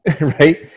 right